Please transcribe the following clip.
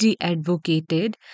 advocated